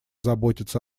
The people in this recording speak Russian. заботиться